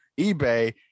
ebay